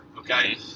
okay